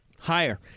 Higher